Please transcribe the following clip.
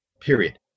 Period